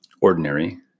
ordinary